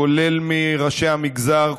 כולל מראשי המגזר,